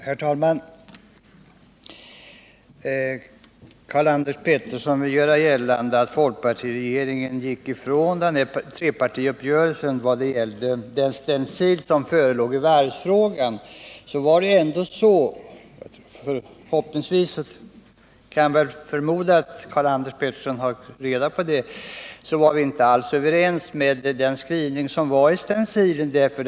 Herr talman! Karl-Anders Petersson vill göra gällande att folkpartiregeringen gick ifrån trepartiuppgörelsen. Men vad det gäller den stencil som förelåg i varvsfrågan var det ju så — förhoppningsvis känner Karl-Anders Petersson till detta — att vi inte alls var eniga om den skrivning som stencilen innehöll.